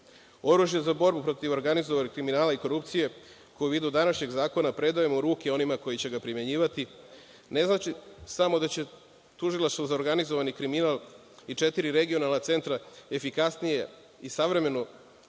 vlasti. Oružje za borbu protiv organizovanog kriminala i korupcije, koje u vidu današnjeg zakona predajemo u ruke onima koji će ga primenjivati, ne znači samo da će Tužilaštvo za organizovani kriminal i četiri regionalna centra efikasnije i savremeno